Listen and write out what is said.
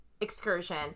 excursion